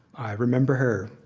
i remember her,